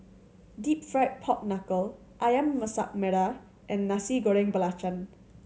Deep Fried Pork Knuckle Ayam Masak Merah and Nasi Goreng Belacan